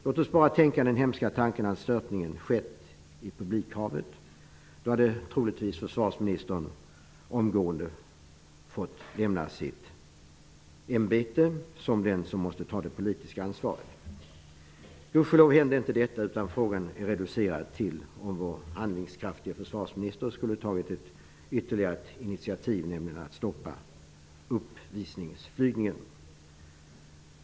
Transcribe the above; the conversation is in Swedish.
Låt oss bara tänka den hemska tanken att störtningen skett i publikhavet. Då hade troligtvis försvarsministern omgående fått lämna sitt ämbete i egenskap av den som måste ta det politiska ansvaret. Gudskelov hände inte detta, utan frågan är reducerad till om i fall vår handlingskraftige försvarsminister skulle tagit ett ytterligare initiativ, nämligen att stoppa uppvisningsflygningen.